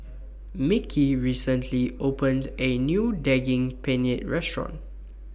Mickie recently opened The A New Daging Penyet Restaurant